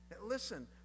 Listen